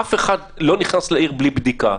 אף אחד לא נכנס לעיר בלי בדיקה.